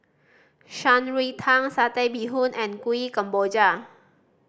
Shan Rui Tang Satay Bee Hoon and Kuih Kemboja